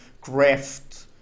craft